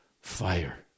fire